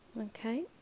okay